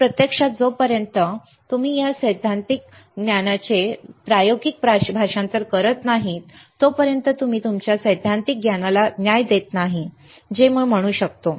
तर प्रत्यक्षात तोपर्यंत जोपर्यंत तुम्ही तुमच्या सैद्धांतिक ज्ञानाचे प्रायोगिक भाषांतर करत नाही तोपर्यंत तुम्ही तुमच्या सैद्धांतिक ज्ञानाला न्याय देत नाही जे मी म्हणू शकतो